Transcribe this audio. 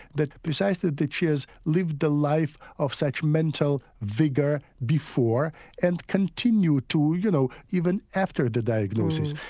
that because ah that that she has lived a life of such mental vigour before and continues to, you know, even after the diagnosis,